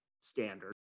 standard